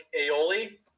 aioli